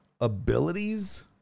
Abilities